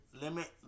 limit